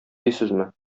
дисезме